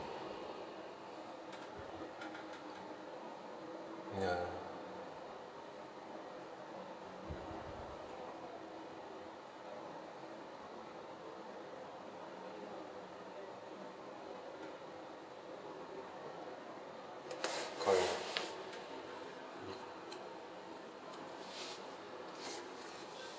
ya correct